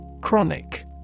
Chronic